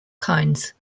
kinds